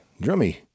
Drummy